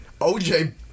OJ